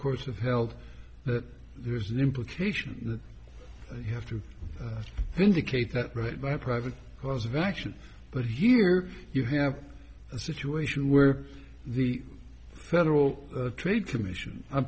course of held that there's an implication you have to indicate that right by private cause of action but here you have a situation where the federal trade commission